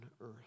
earth